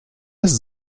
ist